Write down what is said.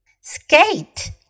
Skate